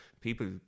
people